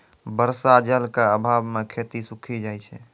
बर्षा जल क आभाव म खेती सूखी जाय छै